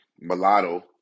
mulatto